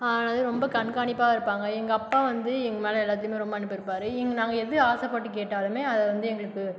என்னாது ரொம்ப கண்காணிப்பாக இருப்பாங்க எங்கள் அப்பா வந்து எங்கள் மேல் எல்லாத்திலுமே ரொம்ப அன்பு வைப்பார் எங்கள் நாங்கள் எது ஆசைப்பட்டு கேட்டாலும் அதை வந்து எங்களுக்கு